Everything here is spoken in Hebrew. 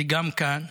וגם כאן,